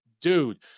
dude